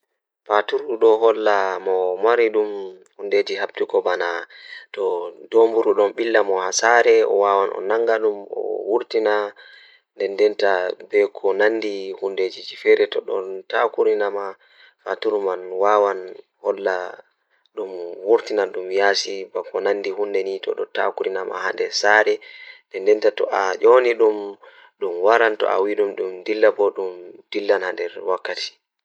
Eh ɗokam masin handi naftira be ndabbawa Ko feewi e waɗtude goɗɗe tawa e jeyaaɗe? Ko oon feewi, tawa woɗɓe ummora ɗum, ko haɓo e miijeele e haɓɓuɓe. Kono, to no ɓuri fayde e hokkunde ngoodi goɗɗi e darnde, ko oon feewi e famɗe waawɗi. E hoore mum, ɗum waɗi ko haɓɓo e laawol humɓe e dakkunde lefi ɗi na'i, tawa no woodi ɗum e sariya ndiyam tawa neɗɗo